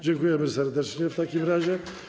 Dziękujemy serdecznie w takim razie.